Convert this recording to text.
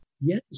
Yes